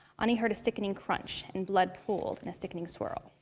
anie heard a sickening crunch, and blood pooled in a sickening swirl.